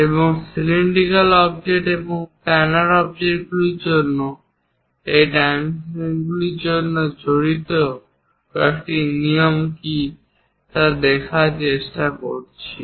এবং cylindrical object এবং planar অবজেক্টগুলির জন্য এই ডাইমেনশনর জন্য জড়িত কয়েকটি নিয়ম কী তা আমরা দেখার চেষ্টা করেছি